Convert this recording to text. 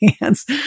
hands